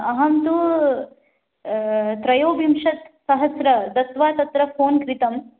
अहं तु त्रयोविंशतिसहस्त्रं दत्वा तत्र फ़ोन् क्रीतं